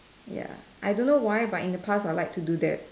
ya I don't know why but in the past I would like to do that